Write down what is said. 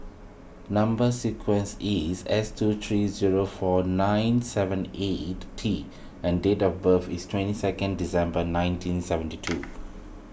Number Sequence is S two three zero four nine seven eight T and date of birth is twenty second December nineteen seventy two